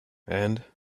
and